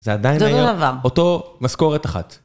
זה עדיין... -זה אותו דבר. - אותו... משכורת אחת.